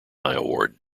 award